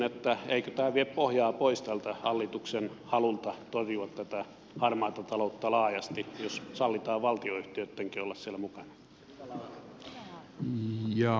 eikö tämä vie pohjaa pois tältä hallituksen halulta torjua tätä harmaata taloutta laajasti jos sallitaan valtionyhtiöittenkin olla siellä mukana